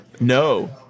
no